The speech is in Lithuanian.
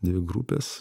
dvi grupės